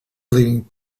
leaving